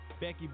Becky